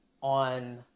on